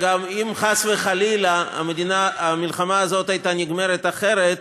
אגב, אם חס וחלילה המלחמה הזאת הייתה נגמרת אחרת,